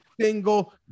single